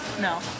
No